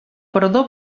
perdó